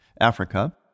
Africa